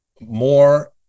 more